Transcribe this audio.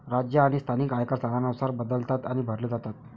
राज्य आणि स्थानिक आयकर स्थानानुसार बदलतात आणि भरले जातात